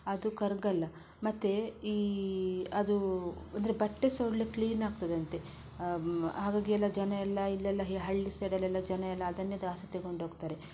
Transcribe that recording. ಅದು ಕರಗಲ್ಲ ಮತ್ತು ಈ ಅದು ಅಂದರೆ ಬಟ್ಟೆ ಸಹ ಒಳ್ಳೆ ಕ್ಲೀನಾಗ್ತದಂತೆ ಹಾಗಾಗಿ ಎಲ್ಲ ಜನ ಎಲ್ಲ ಇಲ್ಲೆಲ್ಲ ಈ ಹಳ್ಳಿ ಸೈಡಲ್ಲೆಲ್ಲ ಜನ ಎಲ್ಲ ಅದನ್ನೇ ಜಾಸ್ತಿ ತೆಗೊಂಡೋಗ್ತಾರೆ